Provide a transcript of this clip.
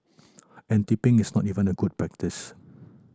and tipping is not even a good practice